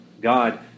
God